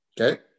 Okay